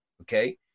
Okay